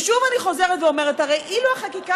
ושוב אני חוזרת ואומרת: הרי אילו החקיקה